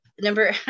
number